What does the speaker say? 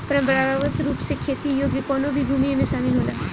परंपरागत रूप से खेती योग्य कवनो भी भूमि एमे शामिल होला